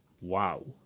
wow